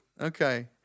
Okay